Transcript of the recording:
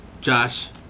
Josh